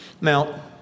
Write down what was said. Now